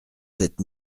sept